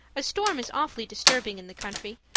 a storm is awfully disturbing in the country.